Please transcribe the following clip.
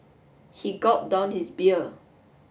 he gulped down his beer